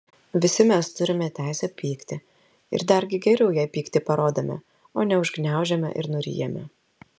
visi mes turime teisę pykti ir dargi geriau jei pyktį parodome o ne užgniaužiame ir nuryjame